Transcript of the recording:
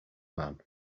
man